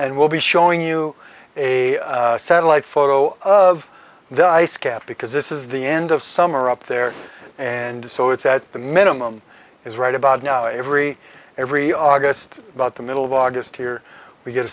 and we'll be showing you a satellite photo of the ice cap because this is the end of summer up there and so it's at the minimum is right about now every every august about the middle of august here we get a